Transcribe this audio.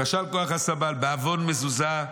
כשל כוח הסבל, "בעוון מזוזה.